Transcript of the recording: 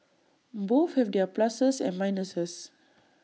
both have their pluses and minuses